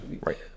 right